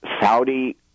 Saudi